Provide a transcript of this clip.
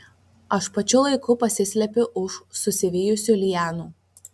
aš pačiu laiku pasislepiu už susivijusių lianų